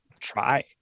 try